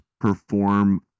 perform